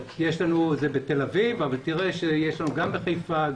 זה בתל אביב אבל תראה שיש לנו גם בחיפה,